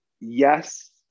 Yes